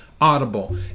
Audible